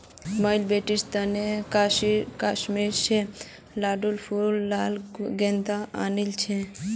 मुई बेटीर तने कश्मीर स ट्यूलि फूल लार गुलदस्ता आनील छि